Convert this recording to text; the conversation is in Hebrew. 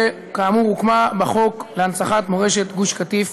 שכאמור הוקמה בחוק להנצחת מורשת גוף קטיף